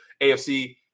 AFC